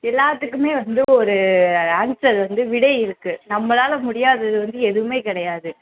எல்லாத்துக்குமே வந்து ஒரு ஆன்சர் வந்து விடை இருக்குது நம்மளால முடியாதது வந்து எதுவுமே கிடையாது